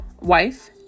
wife